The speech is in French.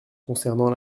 concernant